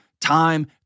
time